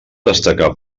destacar